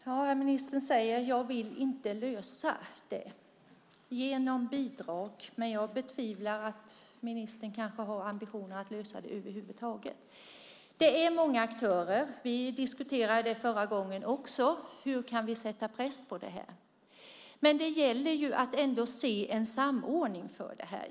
Herr talman! Ministern säger: Jag vill inte lösa det genom bidrag. Men jag betvivlar att ministern verkligen har ambitionen att lösa det över huvud taget. Det är många aktörer. Vi diskuterade det förra gången också. Hur kan vi sätta press på detta? Det gäller att ändå se en samordning för det.